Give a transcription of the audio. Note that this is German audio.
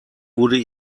wurde